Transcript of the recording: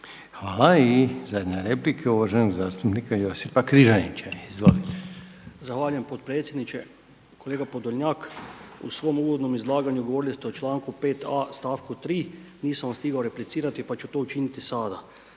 Hvala. I zadnja replika uvaženog zastupnika Josipa Križanića. Izvolite. **Križanić, Josip (HDZ)** Zahvaljujem potpredsjedniče. Kolega Podolonjak, u svom uvodnom izlaganju govorili ste o članku 5.a stavku 3. nisam vam stigao replicirati pa ću to učiniti sada.